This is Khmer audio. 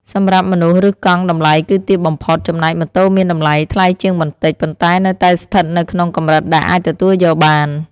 សម្រាប់មនុស្សឬកង់តម្លៃគឺទាបបំផុត ចំណែកម៉ូតូមានតម្លៃថ្លៃជាងបន្តិចប៉ុន្តែនៅតែស្ថិតនៅក្នុងកម្រិតដែលអាចទទួលយកបាន។